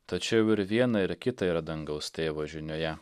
tačiau ir viena ir kita yra dangaus tėvo žinioje